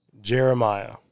Jeremiah